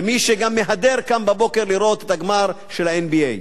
ומי שגם מהדר קם בבוקר לראות את הגמר של ה-NBA.